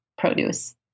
produce